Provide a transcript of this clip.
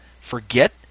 forget